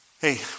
Hey